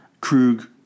Krug